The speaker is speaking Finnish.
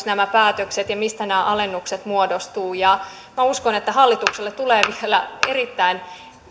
nämä päätökset ja mistä nämä alennukset muodostuvat minä uskon että hallitukselle tulevat vielä erittäin